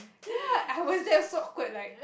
ya I was there so awkward like